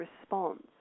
response